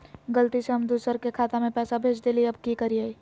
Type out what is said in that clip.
गलती से हम दुसर के खाता में पैसा भेज देलियेई, अब की करियई?